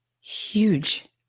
huge